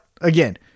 again